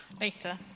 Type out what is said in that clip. later